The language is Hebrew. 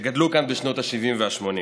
שגדלו כאן בשנות השבעים והשמונים.